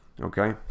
okay